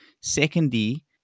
Secondly